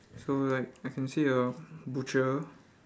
so right I can see a butcher